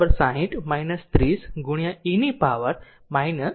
5 60 30 ગુણ્યા e ની power 0